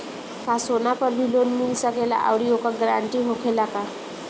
का सोना पर भी लोन मिल सकेला आउरी ओकर गारेंटी होखेला का?